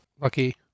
Lucky